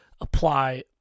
apply